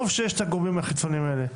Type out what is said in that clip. טוב שיש את הגורמים החיצוניים האלה,